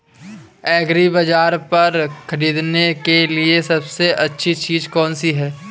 एग्रीबाज़ार पर खरीदने के लिए सबसे अच्छी चीज़ कौनसी है?